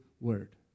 Word